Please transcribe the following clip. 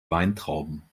weintrauben